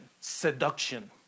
seduction